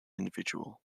individual